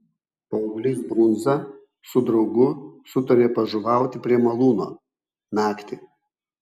paauglys brundza su draugu sutarė pažuvauti prie malūno naktį